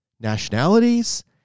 nationalities